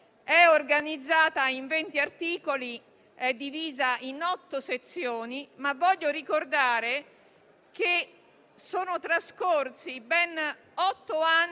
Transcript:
è organizzata in 20 articoli e divisa in 8 sezioni. Voglio però ricordare che sono trascorsi ben otto anni